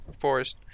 Forest